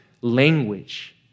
language